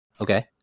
okay